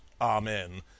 Amen